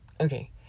Okay